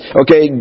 okay